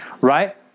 Right